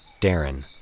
Darren